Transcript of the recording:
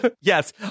Yes